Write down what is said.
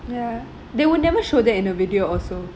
ya they will never show that in a video also